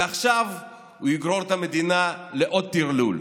ועכשיו הוא יגרור את המדינה לעוד טרלול.